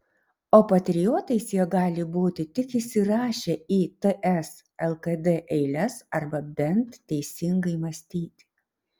o patriotais jie gali būti tik įsirašę į ts lkd eiles arba bent teisingai mąstyti